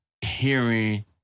hearing